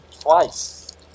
Twice